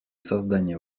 создания